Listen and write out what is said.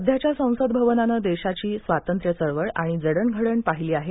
सध्याच्या संसद भवनानं देशाची स्वातंत्र्य चळवळ आणि जडणघडण पाहिली आहे